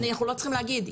אנחנו לא צריכים להגיד,